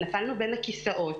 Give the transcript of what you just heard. נפלנו בין הכיסאות.